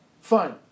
fine